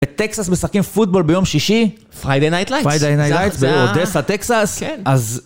בטקסס משחקים פוטבול ביום שישי? פריידי נייט לייטס, פריידי נייט לייטס, ברור, אודסה טקסס. כן.